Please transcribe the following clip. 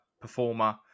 performer